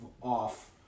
off